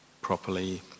properly